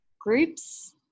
groups